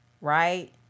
right